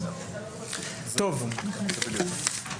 נתונים,